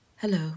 Hello